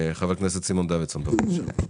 חבר הכנסת סימון דוידסון, בבקשה.